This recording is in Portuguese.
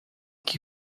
que